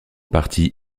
parti